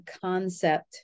concept